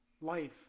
life